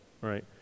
right